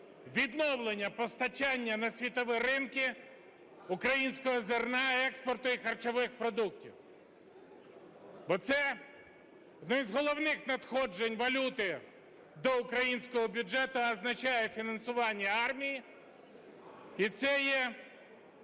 відновлення постачання на світові ринки українського зерна, експорту і харчових продуктів, бо це одне з головних надходжень валюти до українського бюджету, означає фінансування армії і це є